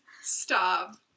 Stop